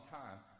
time